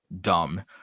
dumb